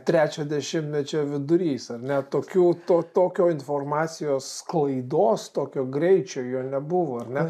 trečio dešimtmečio vidurys ar ne tokių to tokio informacijos sklaidos tokio greičio jo nebuvo ar ne